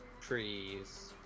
trees